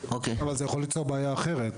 אבל זה יכול ליצור בעיה אחרת.